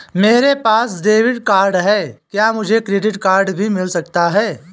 मेरे पास debit card है क्या मुझे क्रेडिट कार्ड भी मिल सकता है?